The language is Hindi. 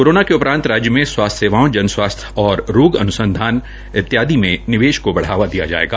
कोरोना के उपरान्त राज्य में स्वास्थ्य सेवाओं जन स्वास्थ्य और रोग अनुसंधान इत्यादि में निवेश को बढ़ाया जायेगा